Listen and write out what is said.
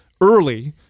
early